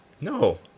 No